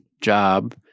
job